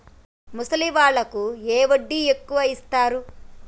ముసలి వాళ్ళకు ఏ వడ్డీ ఎక్కువ ఇస్తారు?